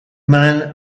man